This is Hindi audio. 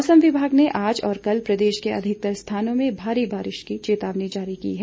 मौसम विभाग ने आज और कल प्रदेश के अधिकतर स्थानों में भारी वर्षा की चेतावनी जारी की है